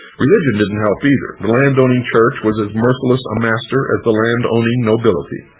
religion didn't help, either. the landowning church was as merciless a master as the landowning nobility.